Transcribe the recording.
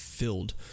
filled